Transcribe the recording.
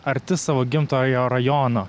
arti savo gimtojo rajono